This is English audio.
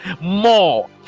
more